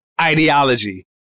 ideology